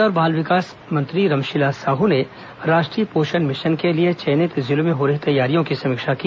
महिला और बाल विकास मंत्री रमशिला साहू ने राष्ट्रीय पोषण मिशन के लिए चयनित जिलों में हो रही तैयारियों की समीक्षा की